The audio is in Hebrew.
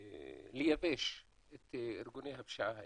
לייבש את ארגוני הפשיעה האלה,